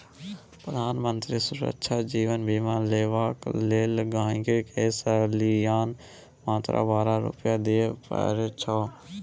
प्रधानमंत्री सुरक्षा जीबन बीमा लेबाक लेल गांहिकी के सलियाना मात्र बारह रुपा दियै परै छै